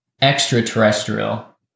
extraterrestrial